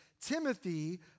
Timothy